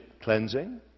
cleansing